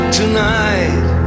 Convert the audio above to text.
tonight